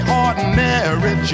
ordinary